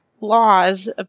laws